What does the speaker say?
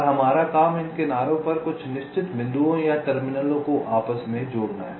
और हमारा काम इन किनारों पर कुछ निश्चित बिंदुओं या टर्मिनलों को आपस में जोड़ना है